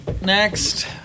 Next